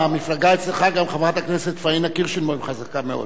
במפלגה אצלך גם חברת הכנסת פניה קירשנבאום חזקה מאוד.